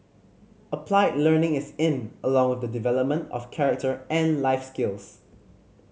applied learning is in along with the development of character and life skills